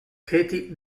kathy